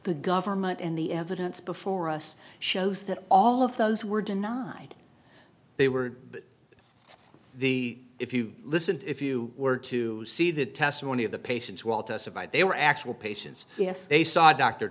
the government and the evidence before us shows that all of those were denied they were the if you listen if you were to see the testimony of the patients who all testified they were actual patients yes they saw doctor